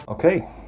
Okay